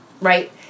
right